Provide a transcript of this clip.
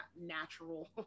natural